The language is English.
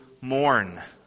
mourn